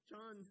John